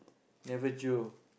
never jio